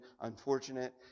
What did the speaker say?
unfortunate